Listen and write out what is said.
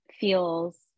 feels